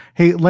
Hey